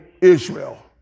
Israel